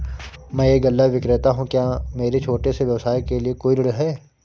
मैं एक गल्ला विक्रेता हूँ क्या मेरे छोटे से व्यवसाय के लिए कोई ऋण है?